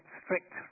strict